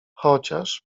chociaż